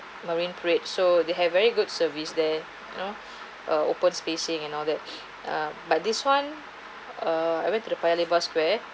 marine parade so they have very good service there know uh open spacing and all that uh but this one ah I went to paya lebar square